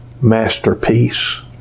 masterpiece